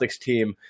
team